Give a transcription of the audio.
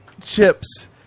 chips